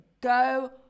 go